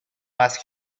ice